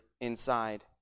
inside